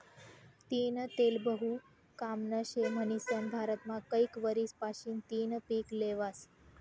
तीयीनं तेल बहु कामनं शे म्हनीसन भारतमा कैक वरीस पाशीन तियीनं पिक ल्हेवास